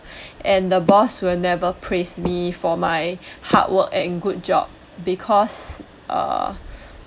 and the boss will never praise me for my hard work and good job because err